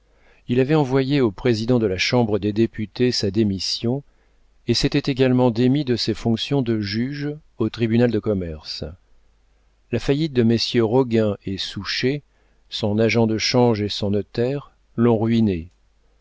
il avait envoyé au président de la chambre des députés sa démission et s'était également démis de ses fonctions de juge au tribunal de commerce les faillites de messieurs roguin et souchet son agent de change et son notaire l'ont ruiné